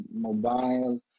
mobile